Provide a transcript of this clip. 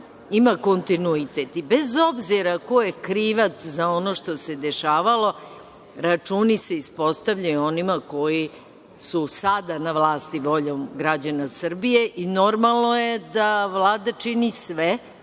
ima kontinuitet i bez obzira ko je krivac za ono što se dešavalo, računi se ispostavljaju onima koji su sada na vlasti voljom građana Srbije i normalno je da Vlada čini sve,